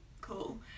cool